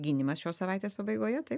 gynimas šios savaitės pabaigoje taip